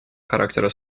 характера